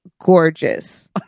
gorgeous